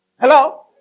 Hello